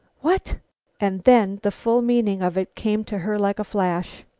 what and then the full meaning of it came to her like a flash.